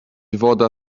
woda